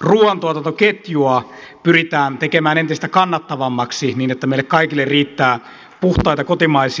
ruuantuotantoketjua pyritään tekemään entistä kannattavammaksi niin että meille kaikille riittää puhtaita kotimaisia elintarvikkeita